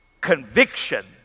conviction